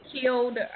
killed